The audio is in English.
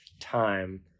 time